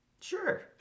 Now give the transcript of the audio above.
sure